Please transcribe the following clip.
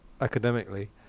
academically